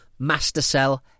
Mastercell